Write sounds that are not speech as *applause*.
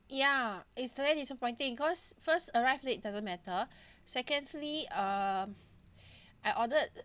ya it's very disappointing cause first arrived late doesn't matter *breath* secondly um *breath* I ordered